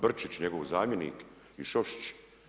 Brčić, njegov zamjenik i Šošić.